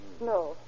No